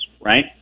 right